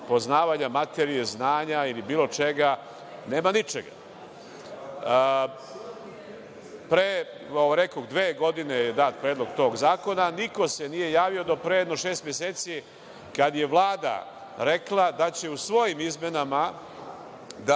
materije, znanja ili bilo čega nema ničega. Pre, rekoh, dve godine je dat predlog tog zakona, niko se nije javio do pre jedno šest meseci kada je Vlada rekla da će u svojim izmenama da